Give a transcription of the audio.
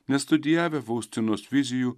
nestudijavę faustinos vizijų